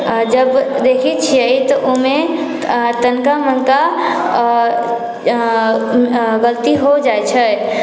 जब देखै छियै तऽ ओहिमे तनिका मनिका गलती हो जाइ छै